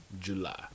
July